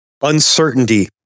uncertainty